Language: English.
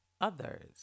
others